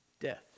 death